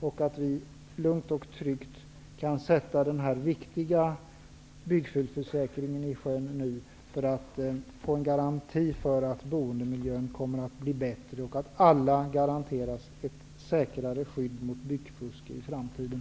Vi kan nu lugnt och tryggt sätta den här viktiga byggfelsförsäkringen i sjön, för att få en garanti för att boendemiljön kommer att bli bättre och att alla garanteras ett säkrare skydd mot byggfusk i framtiden.